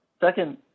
Second